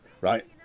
right